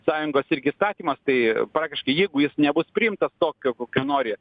sąjungos irgi įstatymas tai praktiškai jeigu jis nebus priimtas toks kokio nori